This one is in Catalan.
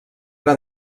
ara